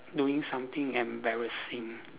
doing something embarrassing